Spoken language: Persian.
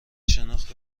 شناخت